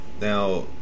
Now